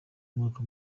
umwaka